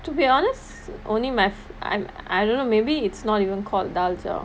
to be honest only math I I don't know maybe it's not even called dalcha